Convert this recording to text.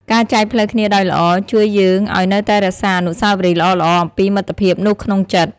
ការចែកផ្លូវគ្នាដោយល្អ ជួយយើងឱ្យនៅតែរក្សាអនុស្សាវរីយ៍ល្អៗអំពីមិត្តភាពនោះក្នុងចិត្ត។